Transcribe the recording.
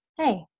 hey